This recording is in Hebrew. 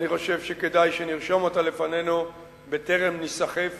אני חושב שכדאי שנרשום אותה לפנינו בטרם ניסחף